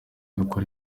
gukora